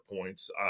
points